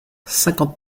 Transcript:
cinquante